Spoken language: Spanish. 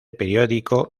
periódico